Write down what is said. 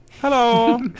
Hello